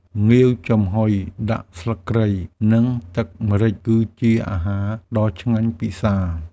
ងាវចំហុយដាក់ស្លឹកគ្រៃ និងទឹកម្រេច គឺជាអាហារដ៏ឆ្ងាញ់ពិសា។